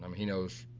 um he knows,